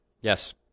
Yes